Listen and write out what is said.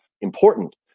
important